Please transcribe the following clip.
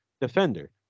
defender